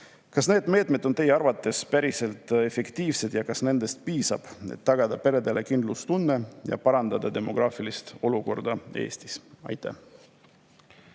Kas need meetmed on teie arvates päriselt efektiivsed ning kas nendest piisab, et tagada perede kindlustunne ja parandada Eesti demograafilist olukorda? Aitäh!